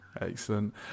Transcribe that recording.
Excellent